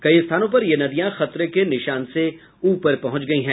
कई स्थानों पर ये नदियां खतरे के निशान से ऊपर पहुंच गयी हैं